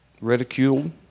ridiculed